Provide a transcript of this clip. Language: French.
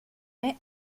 mai